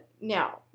now